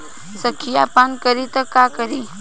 संखिया पान करी त का करी?